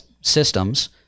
systems